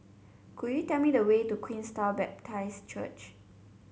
could you tell me the way to Queenstown Baptist Church